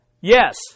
yes